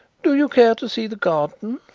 do you care to see the garden?